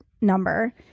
number